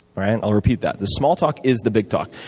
right? i'll repeat that. the small talk is the big talk.